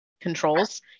controls